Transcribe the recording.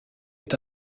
est